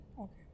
Okay